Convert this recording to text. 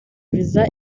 visa